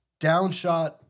downshot